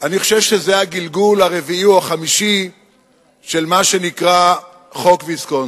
אני חושב שזה הגלגול הרביעי או החמישי של מה שנקרא חוק ויסקונסין.